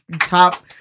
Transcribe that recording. Top